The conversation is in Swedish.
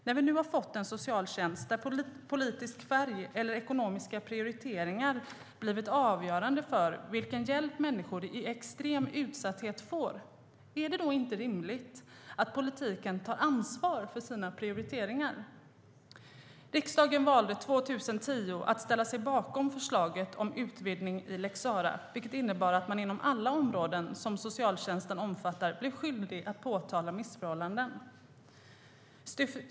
När vi nu har fått en socialtjänst där politisk färg eller ekonomiska prioriteringar blivit avgörande för vilken hjälp människor i extrem utsatthet får, är det då inte rimligt att politiken tar ansvar för sina prioriteringar? Riksdagen valde 2010 att ställa sig bakom förslaget om en utvidgning av lex Sarah, vilket innebär att man inom alla områden som socialtjänsten omfattar blir skyldig att påtala missförhållanden.